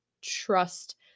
trust